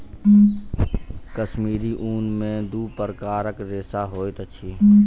कश्मीरी ऊन में दू प्रकारक रेशा होइत अछि